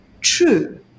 true